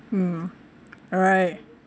mm alright